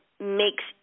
makes